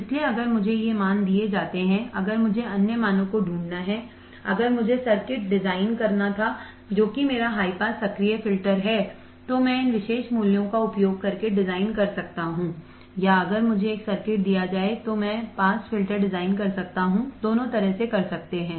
इसलिए अगर मुझे ये मान दिए जाते हैं अगर मुझे अन्य मानों को ढूंढना है अगर मुझे सर्किट डिजाइन करना था जो कि मेरा हाई पास सक्रिय फिल्टर है तो मैं इन विशेष मूल्यों का उपयोग करके डिजाइन कर सकता हूं या अगर मुझे एक सर्किट दिया जाए तो मैं पास फ़िल्टर डिजाइन कर सकता हूंदोनों तरह से कर सकते हैं